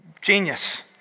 Genius